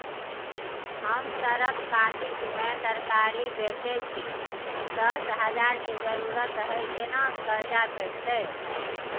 हम सरक कातिक में तरकारी बेचै छी, दस हजार के जरूरत हय केना कर्जा भेटतै?